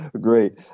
Great